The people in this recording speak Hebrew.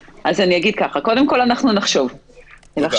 קודם כל, אנחנו נחשוב על המדרגים.